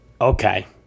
Okay